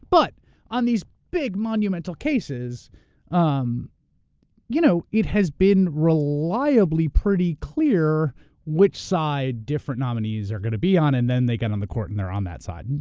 but on these big monumental cases um you know it has been reliably pretty clear which side different nominees are going to be on. and then they got on the court and they're on that side. and